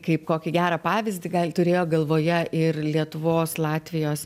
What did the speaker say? kaip kokį gerą pavyzdį gal turėjo galvoje ir lietuvos latvijos